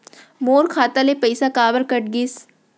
मोर खाता ले पइसा काबर कट गिस?